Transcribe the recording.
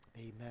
Amen